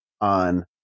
on